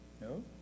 No